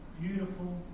beautiful